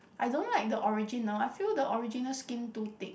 I don't like the original I feel the original skin too thick